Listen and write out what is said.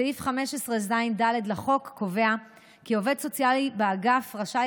סעיף 15ז(ד) לחוק קובע כי עובד סוציאלי באגף רשאי